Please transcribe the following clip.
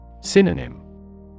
Synonym